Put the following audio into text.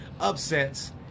upsets